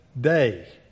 day